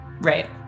Right